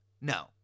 no